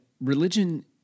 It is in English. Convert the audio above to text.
religion